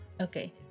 Okay